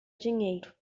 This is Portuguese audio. dinheiro